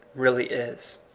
really is.